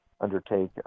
undertake